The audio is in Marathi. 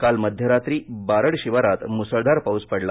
काल मध्यरात्री बारड शिवारात मुसळधार पाऊस पडला